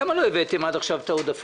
למה לא הבאתם עד עכשיו את העודפים,